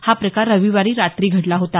हा प्रकार रविवारी रात्री घडला होता